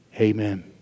Amen